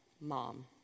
mom